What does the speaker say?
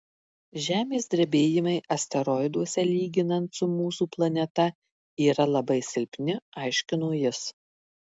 žemės drebėjimai asteroiduose lyginant su mūsų planeta yra labai silpni aiškino jis